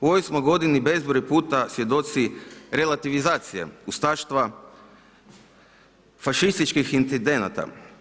U ovoj smo g. bezbroj puta svjedoci relativizacije, ustaštva, fašističkih incidenata.